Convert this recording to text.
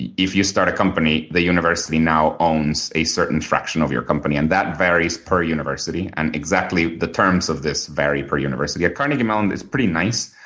if you start a company, the university now owns a certain fraction of your company, and that varies per university. and exactly the terms of this vary per university. at carnegie mellon, it's pretty nice.